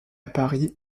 paris